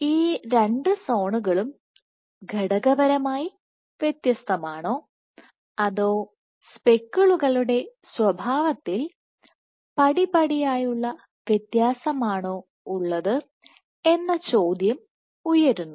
ഈ രണ്ട് സോണുകളും ഘടകപരമായി വ്യത്യസ്തമാണോ അതോ സ്പെക്കിളുകളുടെ സ്വഭാവത്തിൽ പടിപടിയായുള്ള വ്യത്യാസമാണോ ഉള്ളത് എന്ന ചോദ്യം ഉയരുന്നു